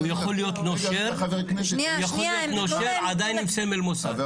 הוא יכול להיות נושר, עדיין עם סמל מוסד.